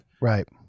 right